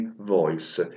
voice